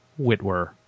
Whitwer